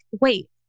wait